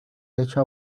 techo